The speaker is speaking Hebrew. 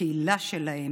הקהילה שלה,